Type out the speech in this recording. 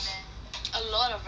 a lot of ramen